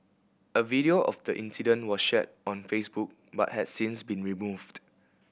a video of the incident was shared on Facebook but has since been removed